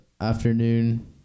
afternoon